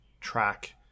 track